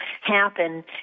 happen